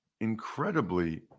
incredibly